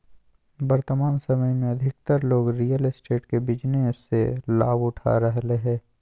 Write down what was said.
वर्तमान समय में अधिकतर लोग रियल एस्टेट के बिजनेस से लाभ उठा रहलय हइ